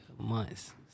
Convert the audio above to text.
Months